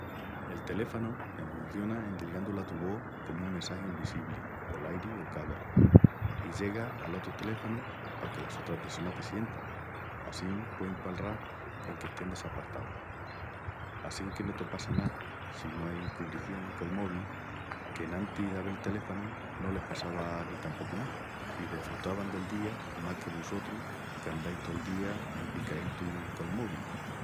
El teléfonu enhunciona endilgandu la tu vós comu un messagi envisibli pol airi o cablis, i llega al otru teléfonu paque la sotra pressona te sienta. Assín puein palral enque estén desapartaus! Assinque no te passa ná si no ai cubrición col mobi qu'enantis de teléfonus avel no les passava ni tapocu ná i desfrutavan del día más que vusotras qu'andais tol día empicaítas col mobi.